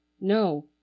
No